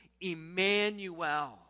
Emmanuel